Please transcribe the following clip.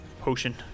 Potion